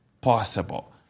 possible